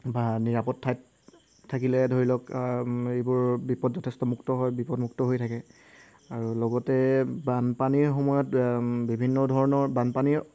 বা নিৰাপদ ঠাইত থাকিলে ধৰি লওক এইবোৰ বিপদ যথেষ্ট মুক্ত হয় বিপদমুক্ত হৈ থাকে আৰু লগতে বানপানীৰ সময়ত বিভিন্ন ধৰণৰ বানপানীৰ